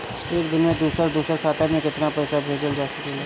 एक दिन में दूसर दूसर खाता में केतना पईसा भेजल जा सेकला?